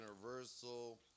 Universal